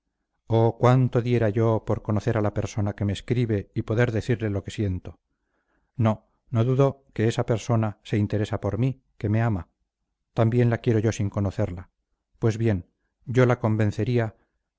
oh cuánto diera yo por conocer a la persona que me escribe y poder decirle lo que siento no no dudo que esa persona se interesa por mí que me ama también la quiero yo sin conocerla pues bien yo la convencería